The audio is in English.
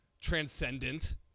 transcendent